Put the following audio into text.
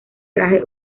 traje